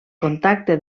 contacte